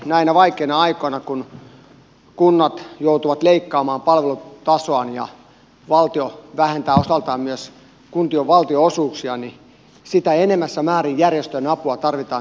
näinä vaikeina aikoina kun kunnat joutuvat leikkaamaan palvelutasoaan ja valtio vähentää osaltaan myös kuntien valtionosuuksia sitä enemmässä määrin järjestöjen apua tarvitaan tänä päivänä